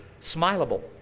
smileable